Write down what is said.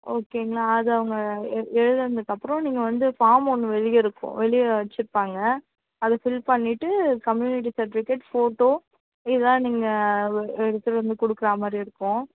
ஓகேங்களா அது அவங்க எழுதினதுக்கு அப்பறம் நீங்கள் வந்து ஃபார்ம் ஒன்று வெளியே இருக்கும் வெளியே வைச்சுருப்பாங்க அதை ஃபில் பண்ணிவிட்டு கம்யூனிட்டி சர்ட்டிஃபிக்கேட் போட்டோ இதல்லாம் நீங்கள் எடுத்துட்டு வந்து கொடுக்குற மாதிரி இருக்கும்